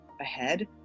ahead